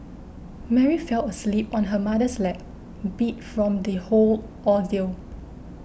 Mary fell asleep on her mother's lap beat from the whole ordeal